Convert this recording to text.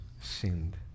sinned